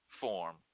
form